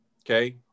Okay